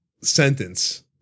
sentence